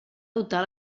dotar